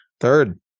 Third